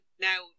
now